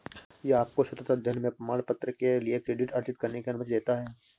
यह आपको सतत अध्ययन में प्रमाणपत्र के लिए क्रेडिट अर्जित करने की अनुमति देता है